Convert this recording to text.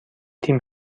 تیم